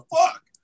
fuck